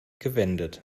gewendet